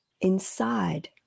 inside